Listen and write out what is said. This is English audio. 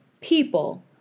people